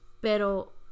Pero